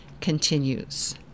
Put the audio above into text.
continues